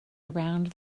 around